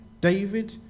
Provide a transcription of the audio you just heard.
David